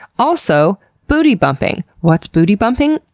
also booty bumping! what's booty bumping?